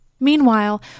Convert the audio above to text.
Meanwhile